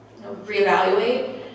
reevaluate